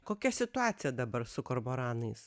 kokia situacija dabar su kormoranais